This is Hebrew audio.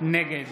נגד